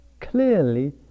clearly